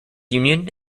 union